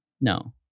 No